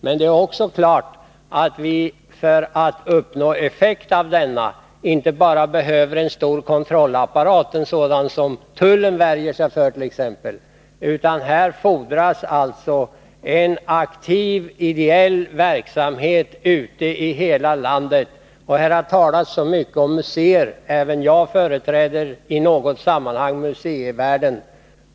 Men det är också klart att vi för att uppnå effekt inte bara behöver en stor kontrollapparat —t.ex. en sådan som tullen vill värja sig för. Här fordras alltså en aktiv ideell verksamhet ute i hela landet. Det har talats så mycket om museer. Även jag företräder i någon mån museivärlden.